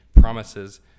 promises